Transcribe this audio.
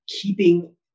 keeping